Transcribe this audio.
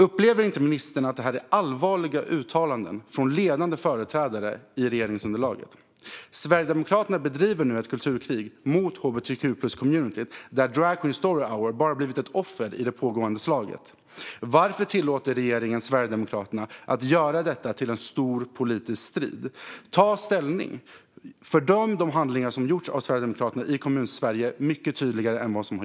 Upplever inte ministern att detta är allvarliga uttalanden från ledande företrädare i regeringsunderlaget? Sverigedemokraterna bedriver nu ett kulturkrig mot hbtq-plus-communities, där Drag Queen Story Hour bara har blivit ett offer i det pågående slaget. Varför tillåter regeringen Sverigedemokraterna att göra detta till en stor, politisk strid? Ta ställning och fördöm mycket tydligare de handlingar som har gjorts av Sverigedemokraterna i Kommunsverige!